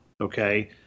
okay